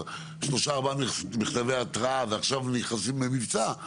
שלושה-ארבעה מכתבי התראה ועכשיו נכנסים למבצע,